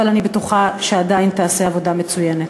אבל אני בטוחה שעדיין תעשה עבודה מצוינת.